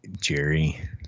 Jerry